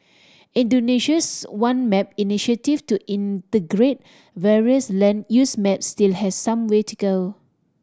Indonesia's One Map initiative to integrate various land use maps still has some way to go